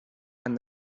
and